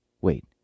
Wait